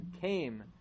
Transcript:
came